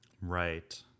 Right